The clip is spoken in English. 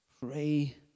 Pray